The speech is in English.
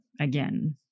again